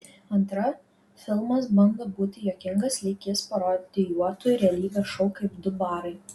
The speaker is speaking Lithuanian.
antra filmas bando būti juokingas lyg jis parodijuotų realybės šou kaip du barai